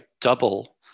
double